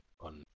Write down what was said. on